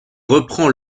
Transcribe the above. reprend